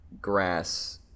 grass